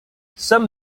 some